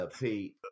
Pete